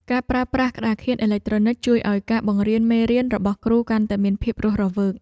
ការប្រើប្រាស់ក្តារខៀនអេឡិចត្រូនិកជួយឱ្យការបង្ហាញមេរៀនរបស់គ្រូកាន់តែមានភាពរស់រវើក។